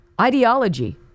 ideology